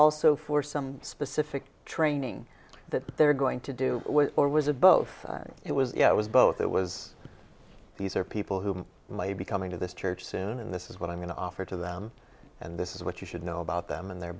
also for some specific training that they're going to do or was it both it was yeah it was both it was these are people who may be coming to this church soon this is what i'm going to offer to them and this is what you should know about them and their